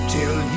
Till